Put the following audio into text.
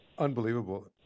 Unbelievable